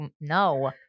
No